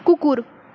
কুকুর